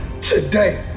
today